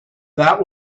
that